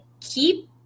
keep